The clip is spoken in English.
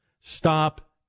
Stop